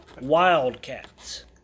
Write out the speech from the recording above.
Wildcats